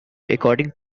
according